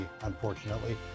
unfortunately